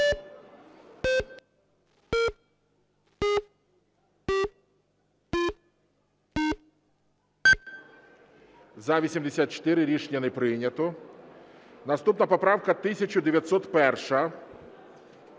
За-84 Рішення не прийнято. Наступна поправка 1901